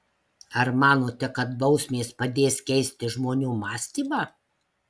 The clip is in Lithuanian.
ar manote kad bausmės padės keisti žmonių mąstymą